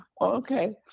Okay